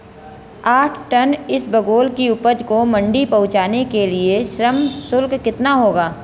आठ टन इसबगोल की उपज को मंडी पहुंचाने के लिए श्रम शुल्क कितना होगा?